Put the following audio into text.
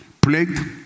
plagued